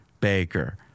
Baker